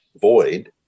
void